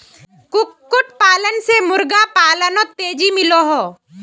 कुक्कुट पालन से मुर्गा पालानोत तेज़ी मिलोहो